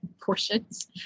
portions